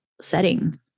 setting